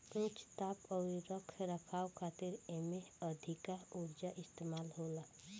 उच्च ताप अउरी रख रखाव खातिर एमे अधिका उर्जा इस्तेमाल होला